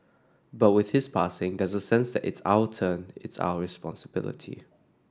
but with his passing there's a sense that it's our turn it's our responsibility